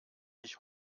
sich